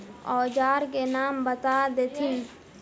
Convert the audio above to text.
औजार के नाम बता देथिन?